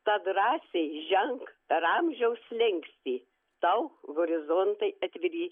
tad drąsiai ženk per amžiaus slenkstį tau horizontai atviri